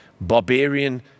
barbarian